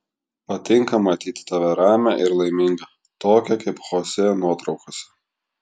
patinka matyti tave ramią ir laimingą tokią kaip chosė nuotraukose